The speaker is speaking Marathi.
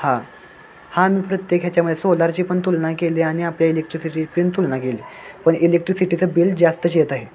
हां हां मी प्रत्येक ह्याच्यामध्ये सोलारची पण तुलना केली आणि आपले इलेक्ट्रिसिटी पण तुलना केली पण इलेक्ट्रिसिटीचं बिल जास्तच येत आहे